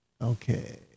okay